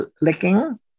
licking